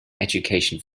education